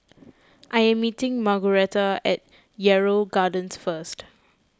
I am meeting Margueritta at Yarrow Gardens first